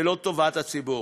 ולא טובת הציבור.